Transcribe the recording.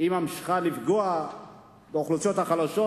היא ממשיכה לפגוע באוכלוסיות החלשות.